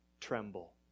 tremble